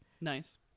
Nice